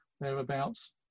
thereabouts